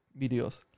videos